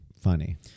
funny